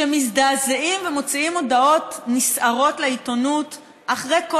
שמזדעזעים ומוציאים הודעות נסערות לעיתונות אחרי כל